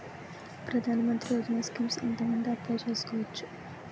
ప్రధాన మంత్రి యోజన స్కీమ్స్ ఎంత మంది అప్లయ్ చేసుకోవచ్చు?